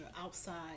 outside